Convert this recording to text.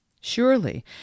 Surely